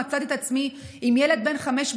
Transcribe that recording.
מצאתי את עצמי עם ילד בן חמש,